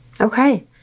Okay